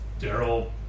Daryl